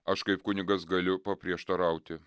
aš kaip kunigas galiu paprieštarauti